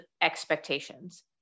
expectations